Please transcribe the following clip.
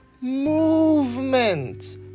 movement